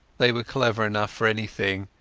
they were clever enough for anything,